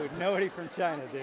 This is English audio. nobody from china